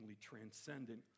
transcendent